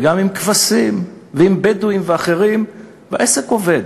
וגם לגבי כבשים, ועם בדואים ואחרים, והעסק עובד.